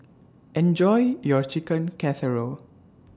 Enjoy your Chicken Casserole